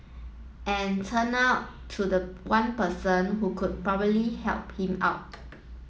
and turn out to the one person who could probably help him out